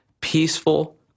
peaceful